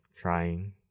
trying